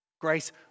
Grace